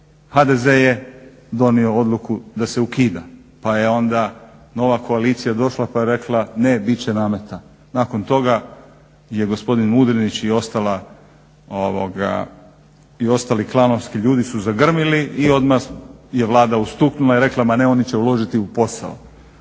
HDZ je donio odluku da se ukida pa je onda nova koalicija došla pa je rekla ne, bit će nameta. Nakon toga je gospodin Mudrinić i ostali klanovski ljudi su zagrmili i odmah je Vlada ustuknula i rekla ma ne, oni će uložiti u posao.